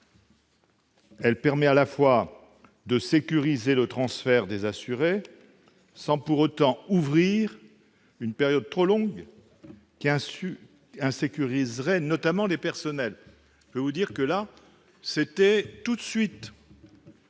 Elle permet à la fois de sécuriser le transfert des assurés sans pour autant ouvrir une période trop longue qui insécuriserait notamment les personnels. Ceux-ci souhaitent, et on les